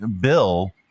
Bill